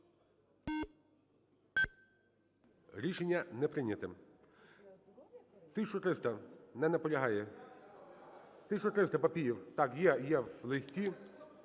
Рішення не прийнято. 1300. Не наполягає. 1300, Папієв. Так, є в листі.